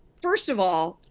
first of all,